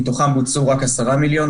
מתוכם בוצעו רק 10 מיליון,